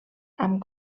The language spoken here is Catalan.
amb